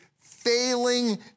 failing